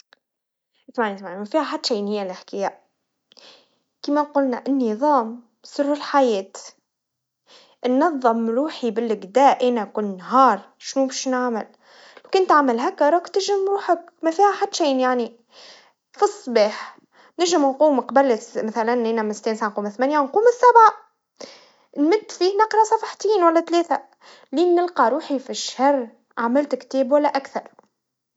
اسمعني اسمعني, كيما قولنا النظام سر الحياة, ننظم روحي باللي جدا كنا نهار شوف شنعمل, كنت اعمل هكا راك تجم روحك ما في حد شين يعني, تصبح نجم وقوم قبال الس- مثلاً ننام الساعا تسعا وقوم ثمانيا, وقوم السابعا, متفي تقرا صفحتين ولا ثلاثا, لين نلقى روحي في الشهر, عملت كتاب ولا أكثر.